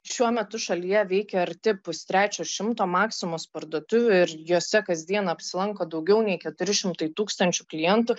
šiuo metu šalyje veikia arti pustrečio šimto maksimos parduotuvių ir jose kasdien apsilanko daugiau nei keturi šimtai tūkstančių klientų